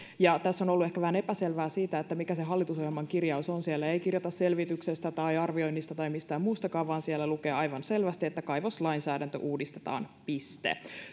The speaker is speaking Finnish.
tässä on ollut ehkä vähän epäselvyyttä siitä mikä se hallitusohjelman kirjaus on siellä ei kirjata selvityksestä tai arvioinnista tai mistään muustakaan vaan siellä lukee aivan selvästi että kaivoslainsäädäntö uudistetaan piste